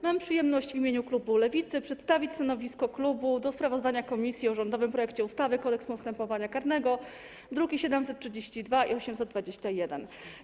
Mam przyjemność w imieniu klubu Lewicy przedstawić stanowisko dotyczące sprawozdania komisji o rządowym projekcie ustawy Kodeks postępowania karnego, druki nr 732 i 821.